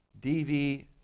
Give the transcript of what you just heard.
DV